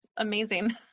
Amazing